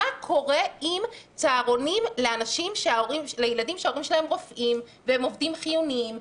מה קורה עם צהרונים לילדים שההורים שלהם רופאים והם עובדים חיוניים?